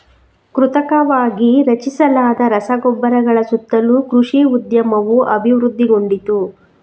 ಕೃತಕವಾಗಿ ರಚಿಸಲಾದ ರಸಗೊಬ್ಬರಗಳ ಸುತ್ತಲೂ ಕೃಷಿ ಉದ್ಯಮವು ಅಭಿವೃದ್ಧಿಗೊಂಡಿತು